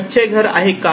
कच्चे घर आहे का